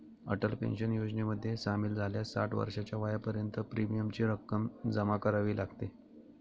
Atal pension योजनेमध्ये सामील झाल्यास साठ वर्षाच्या वयापर्यंत प्रीमियमची रक्कम जमा करावी लागते